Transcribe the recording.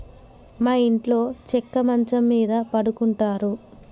మా ఇంట్లో చెక్క మంచం మీద పడుకుంటారు